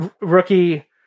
rookie